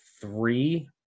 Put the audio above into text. three